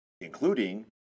including